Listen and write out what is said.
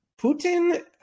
Putin